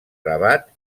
rabat